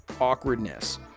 awkwardness